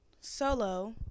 solo